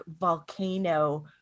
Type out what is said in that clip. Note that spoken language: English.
volcano